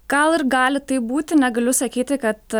gal ir gali taip būti negaliu sakyti kad